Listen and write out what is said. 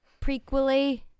prequely